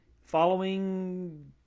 Following